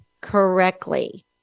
correctly